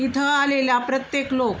इथं आलेला प्रत्येक लोक